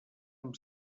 amb